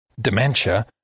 dementia